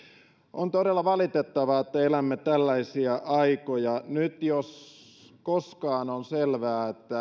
on todella valitettavaa että elämme tällaisia aikoja nyt jos koskaan on selvää